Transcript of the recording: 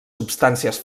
substàncies